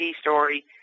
story